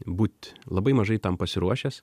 būt labai mažai tam pasiruošęs